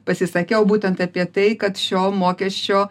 pasisakiau būtent apie tai kad šio mokesčio